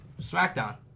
SmackDown